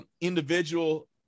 individual